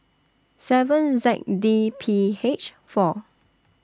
seven Z D P H four